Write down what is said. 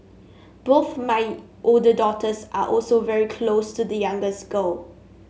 both my older daughters are also very close to the youngest girl